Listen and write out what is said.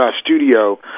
studio